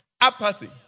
Apathy